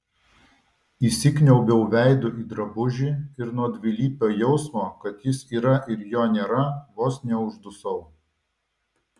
įsikniaubiau veidu į drabužį ir nuo dvilypio jausmo kad jis yra ir jo nėra vos neuždusau